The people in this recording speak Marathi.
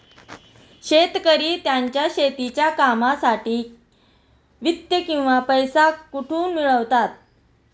शेतकरी त्यांच्या शेतीच्या कामांसाठी वित्त किंवा पैसा कुठून मिळवतात?